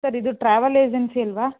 sir ಇದು travel agency ಅಲ್ಲವಾ